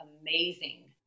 Amazing